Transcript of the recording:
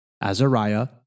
Azariah